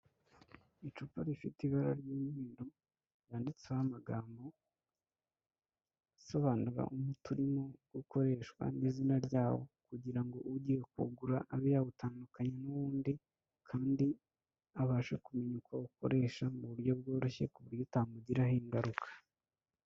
Icupa rifite ibara ry'umweruru ryitseho amagambo, asobanura umuti urimo ukoreshwa n'izina ryawo kugira ngo ugiye kugura abe yawutandukanya n'undi kandi abasha kumenya uko ukoresha mu buryo bworoshye ku buryo utamugiraho ingaruka.